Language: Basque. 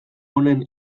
honen